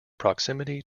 proximity